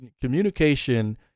communication